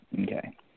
Okay